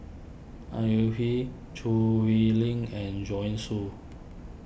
Au Yee Hing Choo Hwee Lim and Joanne Soo